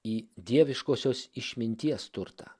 į dieviškosios išminties turtą